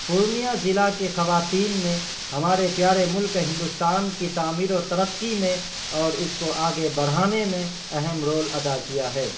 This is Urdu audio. پورنیہ ضلع کی خواتین نے ہمارے پیارے ملک ہندوستان کی تعمیر و ترقی میں اور اس کو آگے بڑھانے میں اہم رول ادا کیا ہے